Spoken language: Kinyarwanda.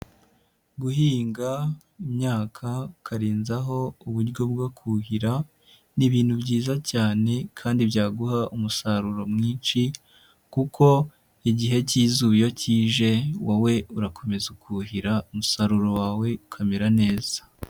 Guhinga imyaka ukarenzaho uburyo bwo kuhira ni ibintu byiza cyane kandi byaguha umusaruro mwinshi kuko igihe k'izuba iyo kije wowe urakomeza ukuhira umusaruro wawe ukamera neza.